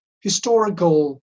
historical